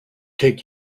take